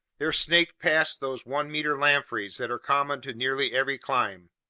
there snaked past those one-meter lampreys that are common to nearly every clime.